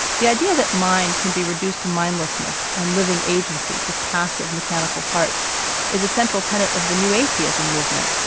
the idea that mind can be reduced to mindlessness and living agency to passive mechanical parts is a central tenet of the new atheism movement,